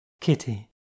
Kitty